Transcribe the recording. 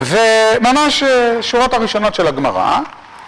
וממש שורות הראשונות של הגמרא